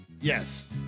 Yes